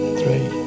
three